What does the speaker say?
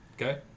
Okay